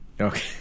Okay